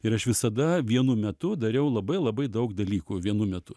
ir aš visada vienu metu dariau labai labai daug dalykų vienu metu